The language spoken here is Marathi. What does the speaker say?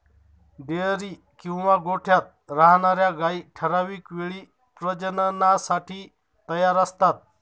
डेअरी किंवा गोठ्यात राहणार्या गायी ठराविक वेळी प्रजननासाठी तयार असतात